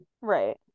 Right